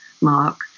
Mark